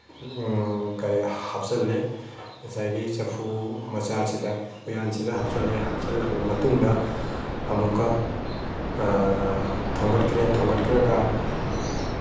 ꯀꯩ ꯍꯥꯞꯆꯤꯟꯂꯦ ꯉꯁꯥꯏꯒꯤ ꯆꯐꯨ ꯃꯆꯥꯁꯤꯗ ꯎꯌꯥꯟꯁꯤꯗ ꯍꯥꯞꯆꯤꯟꯂꯦ ꯍꯥꯞꯆꯤꯟꯂꯕ ꯃꯇꯨꯡꯗ ꯑꯃꯨꯛꯀ ꯊꯣꯡꯒꯠꯈ꯭ꯔꯦ ꯊꯣꯡꯒꯠꯈ꯭ꯔꯥꯒ